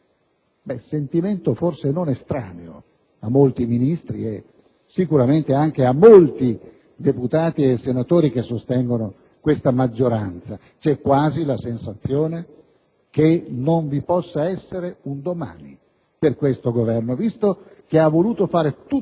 Questo sentimento forse non è estraneo a molti Ministri e sicuramente anche a molti deputati e senatori che sostengono la maggioranza. C'è quasi la sensazione che non vi possa essere un domani per questo Governo, visto che ha voluto fare tutto